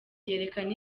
yerekana